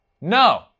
no